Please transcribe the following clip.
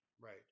right